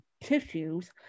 tissues